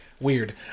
Weird